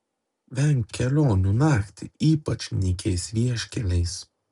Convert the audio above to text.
venk kelionių naktį ypač nykiais vieškeliais